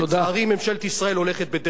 לצערי, ממשלת ישראל הולכת בדרך אחרת.